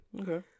okay